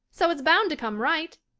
so it's bound to come right.